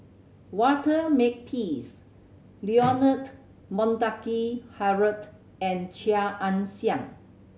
Walter Makepeace Leonard Montague Harrod and Chia Ann Siang